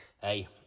Hey